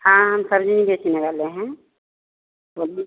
हाँ हम सब्ज़ी ही बेचने वाली हैं बोलिए